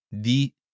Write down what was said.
di